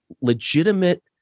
legitimate